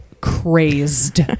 crazed